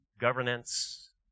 governance